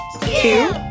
two